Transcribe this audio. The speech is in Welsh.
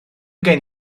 gen